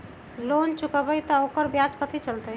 Loan चुकबई त ओकर ब्याज कथि चलतई?